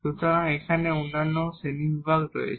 সুতরাং এখানে অন্যান্য শ্রেণীবিভাগ রয়েছে